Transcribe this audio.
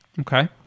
Okay